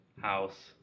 house